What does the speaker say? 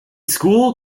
school